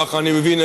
כך אני מבין,